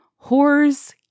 Whores